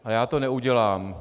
A já to neudělám.